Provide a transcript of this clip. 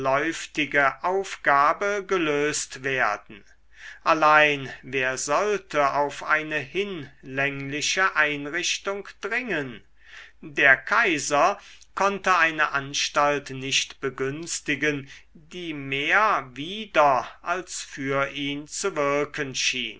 aufgabe gelöst werden allein wer sollte auf eine hinlängliche einrichtung dringen der kaiser konnte eine anstalt nicht begünstigen die mehr wider als für ihn zu wirken